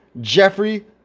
Jeffrey